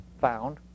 found